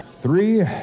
three